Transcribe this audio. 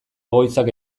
egoitzak